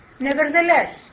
Nevertheless